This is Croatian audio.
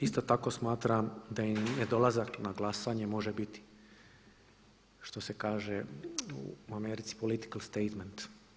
Isto tako smatram da i nedolazak na glasanje može biti što se kaže u Americi political statement.